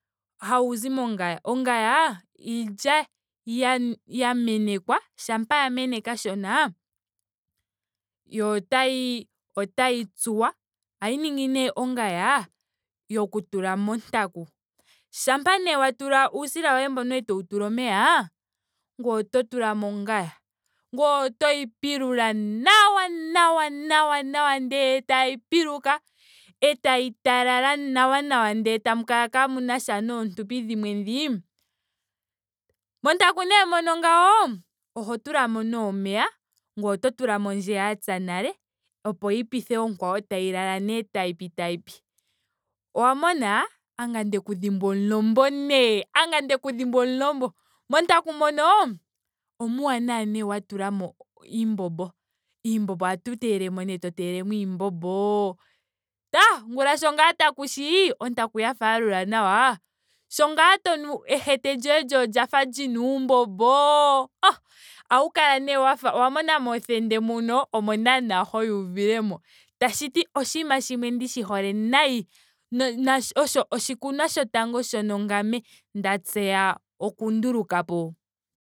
Hawu zi mongaya. Ongaya iilya ya- ya menekwa shampa ya mene kashona. yo otayi tsuwa tsuwa. Ohayi ningi nee ongaya yoku tula montaku. Shampa nee wa tula uusila woye mbono etowu tula omeya. ngoye oto tulamo ongaya. ngoye oto yi pilula nawa nawa nawa ndee tayi piluka. Etayi talala nawa nawa nawa ndele tamu kala kaamusha noontumpi dhimwe dhii. Montaku mono nee nagwo. oho tulamo nee omeya. ngoye oto tulamo ndjono ya pya nale opo yi pithe onkwawo etayi lala nee tayi pi tayi pi. Owa mona. hanga ndeku dhimbwa omulombo nee. ando ndeku dhimbwa omulombo. Montaku mono nee omuuwanawa nee wa tulamo iimbombo. Iimbombo ohatu teyelemo moo. nee to teyele mo iimbombo. tah ongula ngaa sho taku shi ontaku yafa ya lula nawa sho ngaa to nu ehete lyoye lyo olya lina uumbombo oh ohawu kala nee wafa. owa mona moothende muno. omo naana ho yi uvile mo. Tashiti oshinima shimwe ndishi hole nayi.(uninteligable)osho oshikunwa shotango shoka ngame nda tseya oku ndulukapo